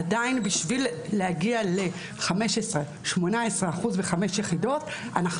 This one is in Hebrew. עדיין בשביל להגיע ל-15% ו-18% בחמש יחידות אנחנו